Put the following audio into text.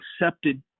accepted